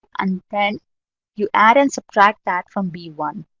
and then you add and subtract that from b one.